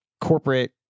corporate